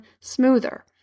smoother